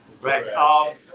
Right